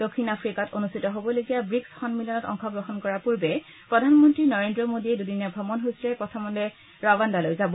দক্ষিণ আফ্ৰিকাত অনুষ্ঠিত হ'বলগীয়া ব্ৰীকছ সম্মিলনত অংশগ্ৰহণ কৰাৰ পূৰ্বে প্ৰধানমন্ত্ৰী নৰেদ্ৰ মোদীয়ে দুদিনীয়া ভ্ৰমণসূচীৰে প্ৰথমে ৰাৱাণ্ডালৈ যাব